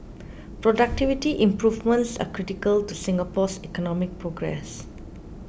productivity improvements are critical to Singapore's economic progress